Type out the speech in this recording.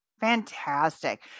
Fantastic